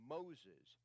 Moses